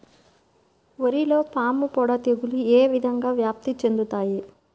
వరిలో పాముపొడ తెగులు ఏ విధంగా వ్యాప్తి చెందుతాయి?